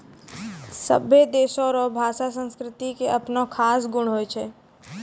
सभै देशो रो भाषा संस्कृति के अपनो खास गुण हुवै छै